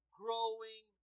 growing